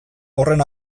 horren